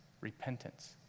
Repentance